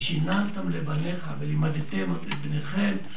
ושיננתם לבניך ולימדתם את בניכם